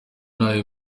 nabi